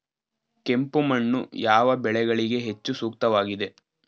ಕೆಂಪು ಮಣ್ಣು ಯಾವ ಬೆಳೆಗಳಿಗೆ ಹೆಚ್ಚು ಸೂಕ್ತವಾಗಿದೆ?